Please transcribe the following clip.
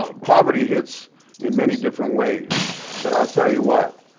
ah poverty hits in many different ways but i'll tell you what.